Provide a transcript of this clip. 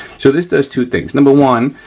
so this does two things, number one,